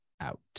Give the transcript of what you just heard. out